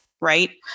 right